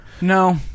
No